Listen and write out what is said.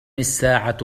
الساعة